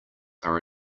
are